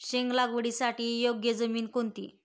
शेंग लागवडीसाठी योग्य जमीन कोणती?